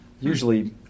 usually